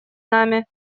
нами